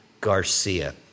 Garcia